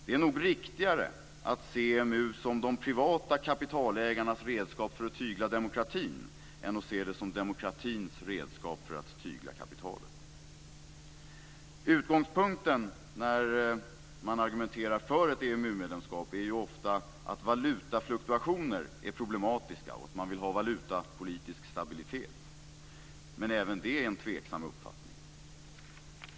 Det är nog riktigare att se EMU som de privata kapitalägarnas redskap för att tygla demokratin än att se det som demokratins redskap för att tygla kapitalet. Utgångspunkten när man argumenterar för ett EMU-medlemskap är ju ofta att valutafluktuationer är problematiska och att man vill ha valutapolitisk stabilitet men även det är en tveksam uppfattning.